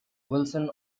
wilson